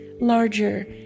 larger